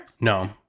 No